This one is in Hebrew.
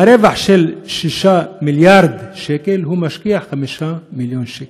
מהרווח של 6 מיליארד שקל הוא משקיע 5 מיליון שקל.